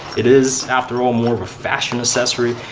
it is after all, more of a fashion accessory.